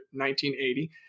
1980